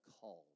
called